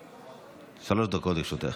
שלוש דקות לרשותך.